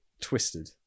twisted